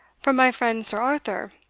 from my friend sir arthur,